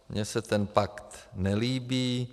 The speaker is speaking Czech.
Mně se ten pakt nelíbí.